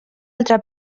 altra